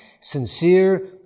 sincere